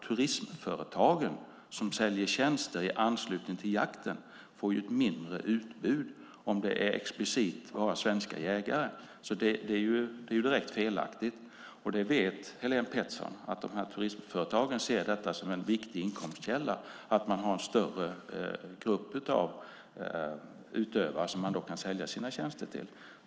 Turismföretagen som säljer tjänster i anslutning till jakten får nämligen ett mindre utbud om det explicit är bara svenska jägare. Det är alltså direkt felaktigt. Helén Pettersson vet också att turismföretagen ser detta som en viktig inkomstkälla: Man har en större grupp av utövare som man kan sälja sina tjänster till.